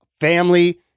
family